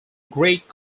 greek